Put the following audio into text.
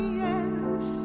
yes